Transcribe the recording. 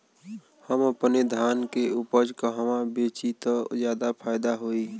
हम अपने धान के उपज कहवा बेंचि त ज्यादा फैदा होई?